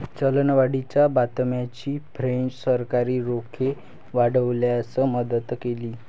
चलनवाढीच्या बातम्यांनी फ्रेंच सरकारी रोखे वाढवण्यास मदत केली